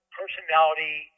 personality